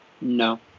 No